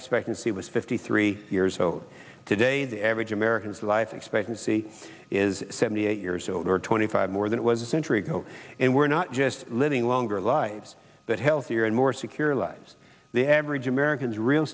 expectancy was fifty three years old today the average americans life expectancy is seventy eight years old or twenty five more than it was a century ago and we're not just living longer lives but healthier and more secure lives the average americans real